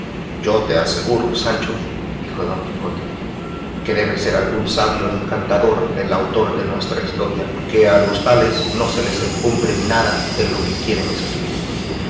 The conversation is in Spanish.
yo te aseguro sancho dijo don quijote que debe de ser algún sabio encantador el autor de nuestra historia que a los tales no se les encubre nada de lo que quieren escribir